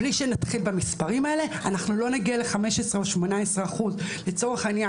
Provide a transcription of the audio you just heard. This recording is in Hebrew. בלי שנתחיל במספרים האלה אנחנו לא נגיע ל-15% או 18%. לצורך העניין,